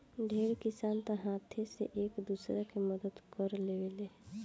ढेर किसान तअ हाथे से एक दूसरा के मदद कअ लेवेलेन